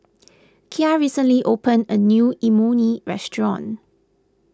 Kya recently opened a new Imoni Restaurant